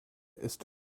ist